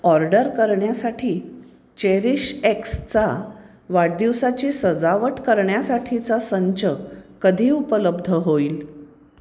order करण्यासाठी चेरीश एक्सचा वाढदिवसाची सजावट करण्यासाठीचा संच कधी उपलब्ध होईल